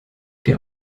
der